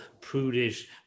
prudish